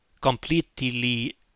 completely